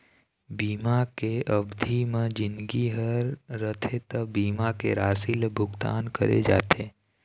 बीमा के अबधि म जिनगी ह रथे त बीमा के राशि ल भुगतान करे जाथे